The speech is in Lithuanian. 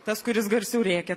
tas kuris garsiau rėkia